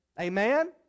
Amen